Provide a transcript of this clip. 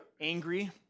Angry